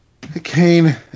Cain